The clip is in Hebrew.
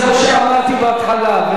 זה מה שאמרתי בהתחלה.